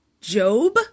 Job